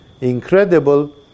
incredible